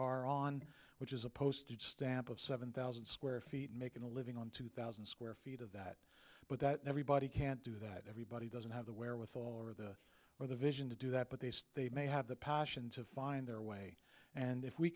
are on which is a postage stamp of seven thousand square feet making a living on two thousand square feet of that but that everybody can't do that everybody doesn't have the wherewithal or the or the vision to do that but they say they may have the passion to find their way and if we